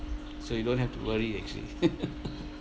so you don't have to worry actually